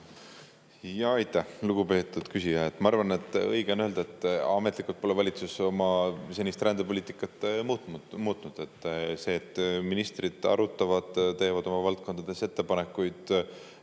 Aitäh, lugupeetud küsija! Ma arvan, et õige on öelda, et ametlikult pole valitsus oma senist rändepoliitikat muutnud. See, et ministrid arutavad ja teevad oma valdkondades ettepanekuid,